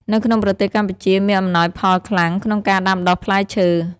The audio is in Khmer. នៅក្នុងប្រទេសកម្ពុជាមាន អំណោយផលខ្លាំង ក្នុងការដាំដុះផ្លែឈើ។